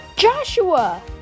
Joshua